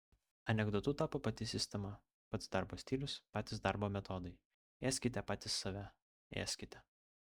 anekdotu tapo pati sistema pats darbo stilius patys darbo metodai ėskite patys save ėskite